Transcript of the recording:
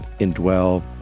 indwell